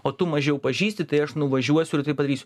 o tu mažiau pažįsti tai aš nuvažiuosiu ir tai padarysiu